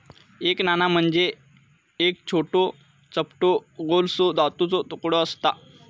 एक नाणा म्हणजे एक छोटो, चपटो गोलसो धातूचो तुकडो आसता